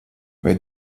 vai